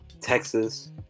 Texas